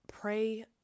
pray